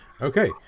Okay